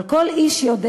אבל כל איש יודע